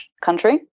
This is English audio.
country